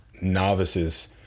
novices